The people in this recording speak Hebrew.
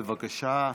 בבקשה.